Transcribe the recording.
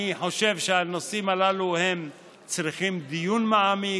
אני חושב שהנושאים הללו צריכים דיון מעמיק,